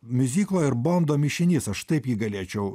miuziklo ir bondo mišinys aš taip jį galėčiau